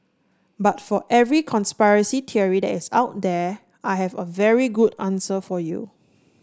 but for every conspiracy theory that is out there I have a very good answer for you